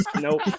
nope